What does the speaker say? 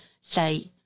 say